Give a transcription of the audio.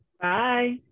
Bye